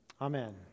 Amen